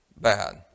bad